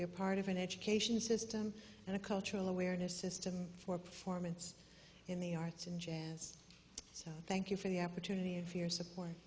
are part of an education system and a cultural awareness system for performance in the arts and jazz so thank you for the opportunity and for your support